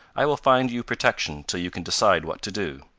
i will find you protection till you can decide what to do.